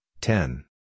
ten